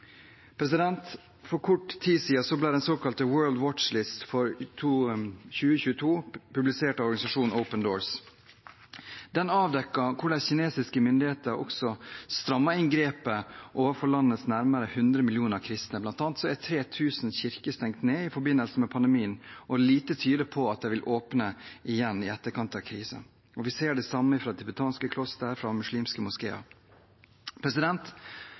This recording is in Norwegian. For kort tid siden ble den såkalte World Watch List for 2022 publisert av organisasjonen Open Doors. Den avdekker hvordan kinesiske myndigheter også strammet inn grepet overfor landets nærmere 100 millioner kristne. Blant annet er 3 000 kirker stengt ned i forbindelse med pandemien, og lite tyder på at de vil åpne igjen i etterkant av krisen. Vi ser det samme fra tibetanske kloster og muslimske